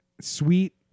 sweet